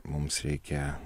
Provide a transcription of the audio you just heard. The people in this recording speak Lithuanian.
mums reikia